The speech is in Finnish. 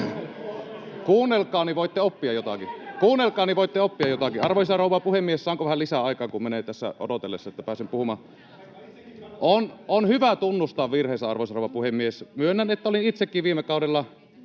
Puhemies koputtaa] — Arvoisa rouva puhemies, saanko vähän lisää aikaa, kun menee tässä odotellessa, että pääsen puhumaan? On hyvä tunnustaa virheensä, arvoisa rouva puhemies. Myönnän, että olin itsekin viime kaudella